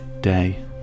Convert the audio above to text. day